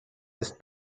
ist